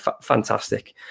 fantastic